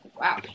Wow